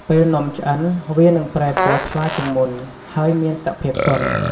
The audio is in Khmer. ពេលនំឆ្អិន វានឹងប្រែពណ៌ថ្លាជាងមុន ហើយមានសភាពទន់។